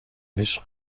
هیچ